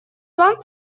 план